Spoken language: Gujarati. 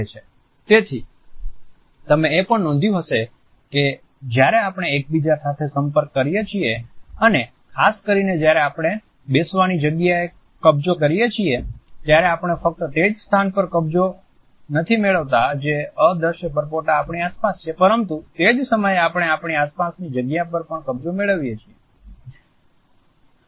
તેથી તમે એ પણ નોંધ્યું હશે કે જ્યારે આપણે એકબીજા સાથે સંપર્ક કરીએ છીએ અને ખાસ કરીને જ્યારે આપણે બેસવાની જગ્યા કબજે કરીએ છીએ ત્યારે આપણે ફકત તે જ સ્થાન પર કબજો નથી મેળવતા જે અદ્રશ્ય પરપોટો આપણી આસપાસ છે પરંતુ તે જ સમયે આપણે આપણી આસપાસની જગ્યા પર પણ કબજો મેળવ્યો હોય છે